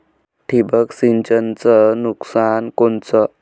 ठिबक सिंचनचं नुकसान कोनचं?